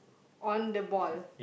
on the ball